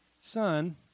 son